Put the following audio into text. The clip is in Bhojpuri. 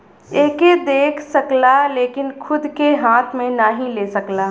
एके देख सकला लेकिन खूद के हाथ मे नाही ले सकला